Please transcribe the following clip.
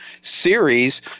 series